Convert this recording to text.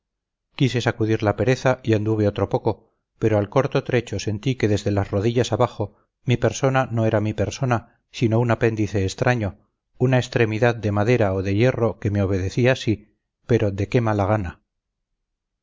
quise sacudir la pereza y anduve otro poco pero al corto trecho sentí que desde las rodillas abajo mi persona no era mi persona sino un apéndice extraño una extremidad de madera o de hierro que me obedecía sí pero de qué mala gana